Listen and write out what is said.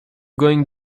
going